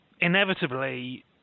inevitably